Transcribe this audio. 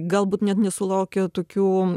galbūt net nesulaukia tokių